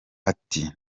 ati